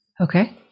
Okay